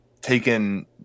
taken